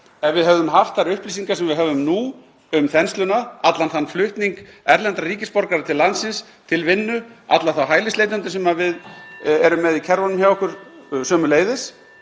ef við hefðum haft þær upplýsingar sem við höfum nú um þensluna, allan þann flutning erlendra ríkisborgara til landsins til vinnu, alla þá hælisleitendur sem við erum með í kerfunum hjá okkur sömuleiðis,